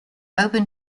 open